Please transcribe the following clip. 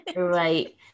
Right